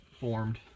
formed